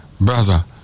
Brother